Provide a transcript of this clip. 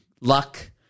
luck